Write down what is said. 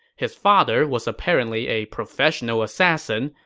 his father was apparently a professional assassin,